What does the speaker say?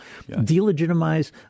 delegitimize